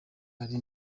ari